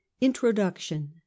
Introduction